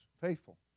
faithful